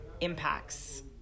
impacts